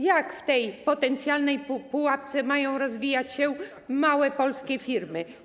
Jak w tej potencjalnej pułapce mają rozwijać się małe polskie firmy?